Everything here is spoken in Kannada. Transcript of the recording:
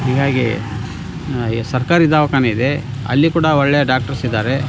ಹೀಗಾಗಿ ಸರ್ಕಾರಿ ದವಾಖಾನೆಯಿದೆ ಅಲ್ಲಿ ಕೂಡ ಒಳ್ಳೆಯ ಡಾಕ್ಟರ್ಸ್ ಇದ್ದಾರೆ